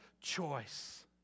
choice